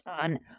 on